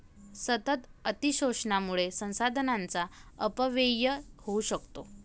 सतत अतिशोषणामुळे संसाधनांचा अपव्यय होऊ शकतो